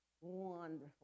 wonderful